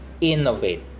innovate